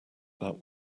that